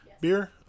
beer